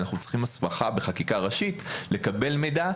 אנחנו צריכים הסמכה בחקיקה ראשית לקבל מידע,